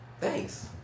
Thanks